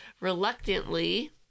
Reluctantly